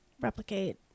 replicate